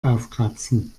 aufkratzen